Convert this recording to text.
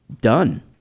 done